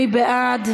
מי בעד?